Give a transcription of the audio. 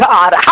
God